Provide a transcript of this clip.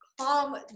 calm